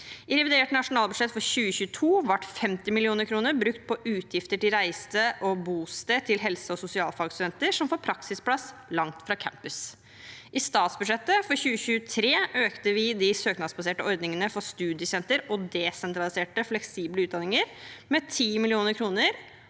I revidert nasjonalbudsjett for 2022 ble 50 mill. kr brukt på utgifter til reise og bosted for helse- og sosialfagsstudenter som får praksisplass langt fra campus. I statsbudsjettet for 2023 økte vi de søknadsbaserte ordningene for studiesenter og desentraliserte, fleksible utdanninger med 10 mill. kr,